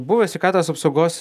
buvęs sveikatos apsaugos